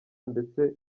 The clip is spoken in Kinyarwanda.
ndetse